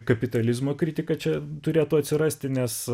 kapitalizmo kritika čia turėtų atsirasti nes